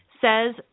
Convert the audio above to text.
says